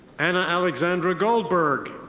anna alexandra goldberg.